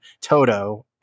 Toto